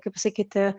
kaip pasakyti